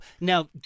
now